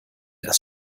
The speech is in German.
das